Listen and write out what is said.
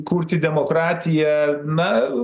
kurti demokratiją na